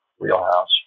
wheelhouse